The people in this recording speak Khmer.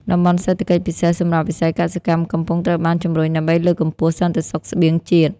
តំបន់សេដ្ឋកិច្ចពិសេស សម្រាប់វិស័យកសិកម្ម កំពុងត្រូវបានជម្រុញដើម្បីលើកកម្ពស់សន្តិសុខស្បៀងជាតិ។